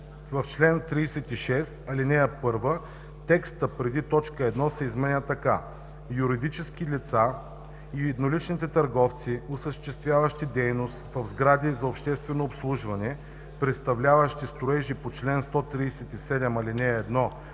В чл. 36, ал. 1 текстът преди т. 1 се изменя така: „Юридическите лица и едноличните търговци, осъществяващи дейност в сгради за обществено обслужване, представляващи строежи по чл. 137, ал. 1,